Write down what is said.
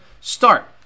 start